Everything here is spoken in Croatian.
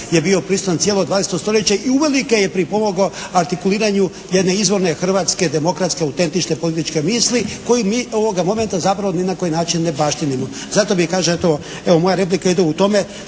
je bio prisutan cijelo 20. stoljeće i uvelike je pripomoglo artikuliranju jedne izvorne hrvatske, demokratske, autentične političke misli koju mi ovoga momenta zapravo ni na koji način ne baštinimo. Zato bih kažem, evo moja replika ide u tome